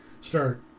start